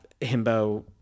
himbo